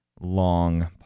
long